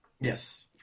Yes